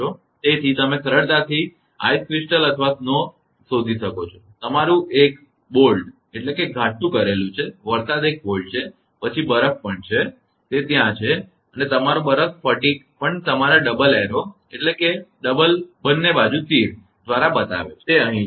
તેથી તમે સરળતાથી બરફ સ્ફટિક અથવા બરફ શોધી શકો છો તમારુ એક બોલ્ડઘાટું વરસાદ એક બોલ્ડઘાટું છે પછી બરફ પણ છે તે ત્યાં છે અને તમારો બરફ સ્ફટિક પણ તમારા ડબલ એરોબંને બાજુ તીર દ્વારા બતાવે છે તે અહીં છે